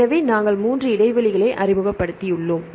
எனவே நாங்கள் 3 இடைவெளிகளை அறிமுகப்படுத்தியுள்ளோம்